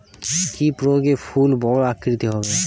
কি প্রয়োগে ফুল বড় আকৃতি হবে?